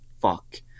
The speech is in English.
fuck